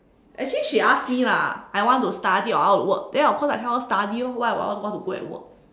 actually she ask me lah I want to study or I want to work then of course I tell her study lor why would I want to go and work